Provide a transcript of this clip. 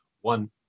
one